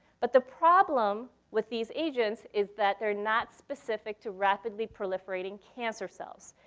but the problem with these agents is that they're not specific to rapidly proliferating cancer cells.